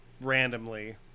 randomly